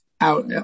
out